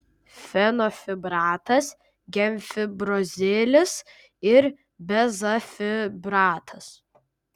fenofibratas gemfibrozilis ir bezafibratas